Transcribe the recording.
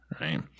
right